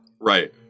Right